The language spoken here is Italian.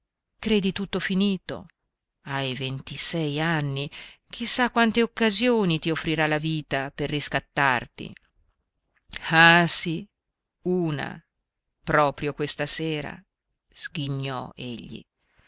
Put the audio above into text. credi tutto finito hai ventisei anni chi sa quante occasioni ti offrirà la vita per riscattarti ah sì una proprio questa sera sghignò egli